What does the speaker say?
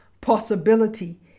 possibility